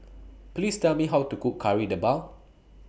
Please Tell Me How to Cook Kari Debal